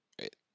right